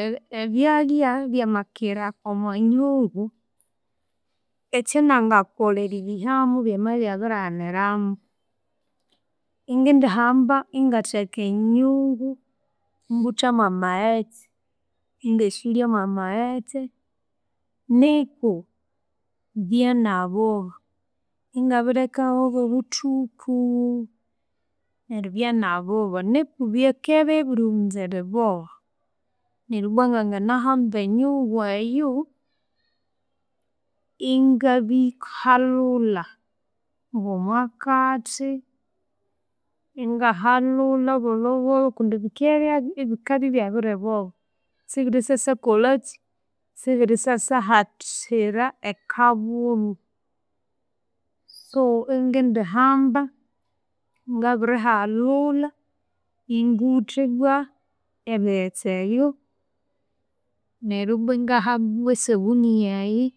Ebi- ebyalya byamakira omwanyungu, ekyanangakolha eribihamu byamabyabirighaniriramu, ingindihamba ingatheka enyungu ingutha mwamaghetse ingasulyamwamaghetse niku ngigha nabuha ingabilekahu nobuthuku neryu byanaboba nuku bikibya byabiriboba neryu ibwa ngangana hamba enyungu eyu ingabihalula ngomwakathi ingahalhulha bolhobolho. Bikibya byabi bikabya byabiboba sibirithasyakolekyi sibirisasahathira ekabunu. So ingindihamba ngabirihalula ingutha ibwa ebighetse ebyu neryu ibwa ngahamba bwesabuni eyu.